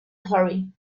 hurry